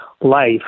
life